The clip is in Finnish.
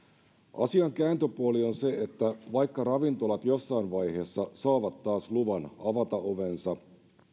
asian kääntöpuoli on se että vaikka ravintolat jossain vaiheessa saavat taas luvan avata ovensa